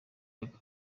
aka